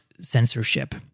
censorship